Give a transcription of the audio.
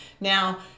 Now